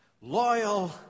Loyal